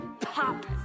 pop